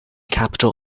capital